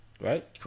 right